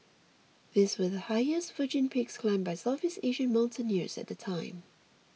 these were the highest virgin peaks climbed by Southeast Asian mountaineers at the time